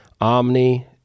Omni